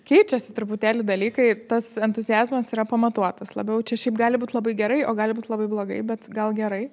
keičiasi truputėlį dalykai tas entuziazmas yra pamatuotas labiau čia šiaip gali būt labai gerai o gali būt labai blogai bet gal gerai